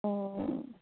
ਹੂੰ